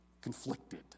conflicted